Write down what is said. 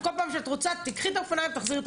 וכל פעם שאת רוצה את תיקחי את האופניים ותחזירי את